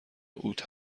اوت